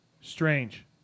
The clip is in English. Strange